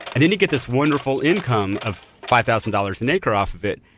then you get this wonderful income of five thousand dollars an acre off of it.